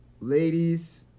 Ladies